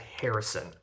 Harrison